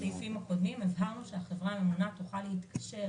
באחד הסעיפים הקודמים הבהרנו שהחברה הממונה תוכל להתקשר